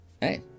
hey